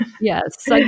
yes